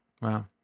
Wow